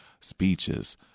speeches